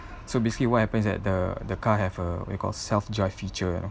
so basically what happens is that the the car have a what you call self-drive feature you know